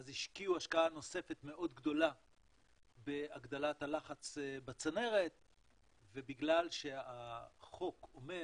אז השקיעו השקעה נוספת מאוד גדולה בהגדלת הלחץ בצנרת ובגלל שהחוק אומר